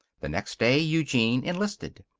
the next day eugene enlisted.